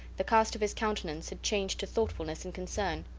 the cast of his countenance had changed to thoughtfulness and concern.